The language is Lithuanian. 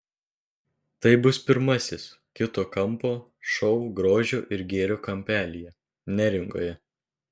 tai bus pirmasis kito kampo šou grožio ir gėrio kampelyje neringoje